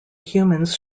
humans